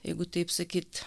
jeigu taip sakyt